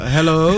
Hello